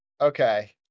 Okay